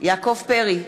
יעקב פרי,